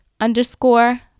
underscore